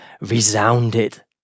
resounded